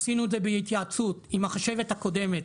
עשינו את זה בהתייעצות עם החשבת הקודמת